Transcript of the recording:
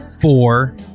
four